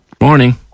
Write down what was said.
Morning